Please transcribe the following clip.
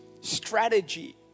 strategy